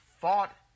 fought